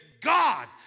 God